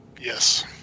Yes